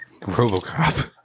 Robocop